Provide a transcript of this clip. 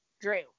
Drew